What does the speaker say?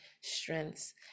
strengths